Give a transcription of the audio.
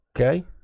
Okay